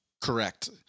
Correct